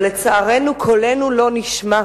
אבל לצערנו קולנו לא נשמע.